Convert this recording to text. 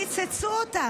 קיצצו אותם.